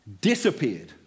disappeared